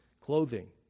clothing